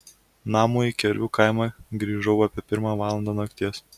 namo į kervių kaimą grįžau apie pirmą valandą nakties